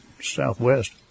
Southwest